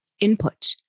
input